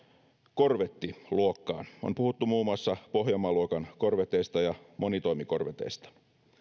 korvettiluokkaan on puhuttu muun muassa pohjanmaa luokan korveteista ja monitoimikorveteista